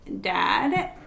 dad